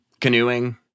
canoeing